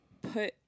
put